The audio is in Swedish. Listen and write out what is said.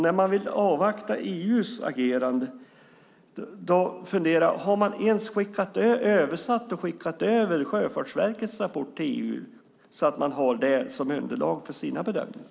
När man vill avvakta EU:s agerande undrar jag om man översatt och skickat över Sjöfartsverkets rapport till EU så att den finns med som underlag för EU:s bedömningar.